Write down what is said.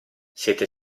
siete